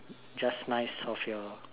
just nice of your